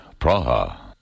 Praha